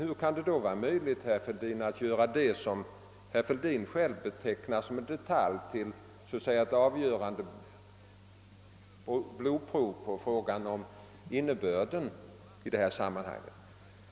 Hur kan det vara möjligt att göra det som herr Fälldin själv betecknar som en detalj till ett avgörande blodprov i fråga om innebörden i lokaliseringspolitiken?